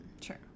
Sure